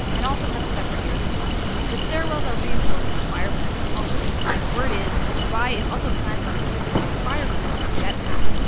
and also have separate air supplies. the stairwells are reinforced with fire proof concrete. the word is, dubai is also planning on equipping its fire crews with jet packs,